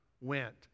went